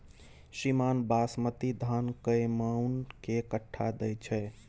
श्रीमान बासमती धान कैए मअन के कट्ठा दैय छैय?